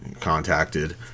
contacted